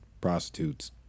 prostitutes